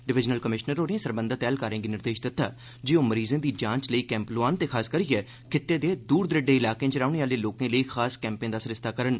divisional commissioner होरें सरबंघत ऐहलकारें गी निर्देश दित्ता जे ओह् मरीजें दी जांच लेई कैंप लोआन ते खासकरियै खित्ते दे दूर दरेडे इलाकें च रौह्ने आह्ले लोकें लेई खास कैंपें दा सरिस्ता करन